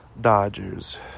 Dodgers